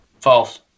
False